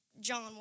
John